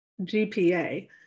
GPA